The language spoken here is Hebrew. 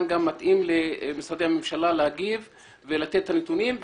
מתאים למשרדי הממשלה להגיב ולתת את הנתונים.